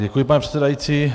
Děkuji, pane předsedající.